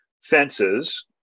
Fences